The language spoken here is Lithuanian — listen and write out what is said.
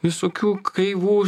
visokių kreivų